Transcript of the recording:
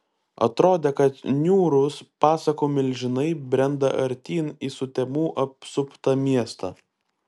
atrodė kad niūrūs pasakų milžinai brenda artyn į sutemų apsuptą miestą